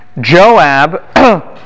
Joab